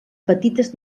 petites